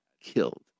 killed